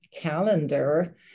calendar